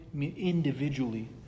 individually